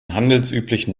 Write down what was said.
handelsüblichen